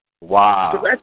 Wow